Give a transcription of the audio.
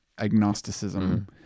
agnosticism